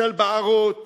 של בערות,